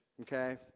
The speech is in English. okay